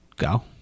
go